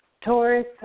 Taurus